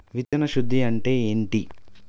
విత్తన శుద్ధి అంటే ఏంటి?